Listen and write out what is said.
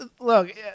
Look